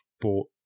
bought